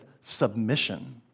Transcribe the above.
submission